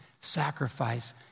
sacrifice